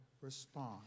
respond